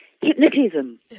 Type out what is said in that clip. hypnotism